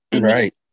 Right